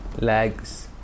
Legs